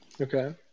Okay